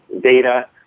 data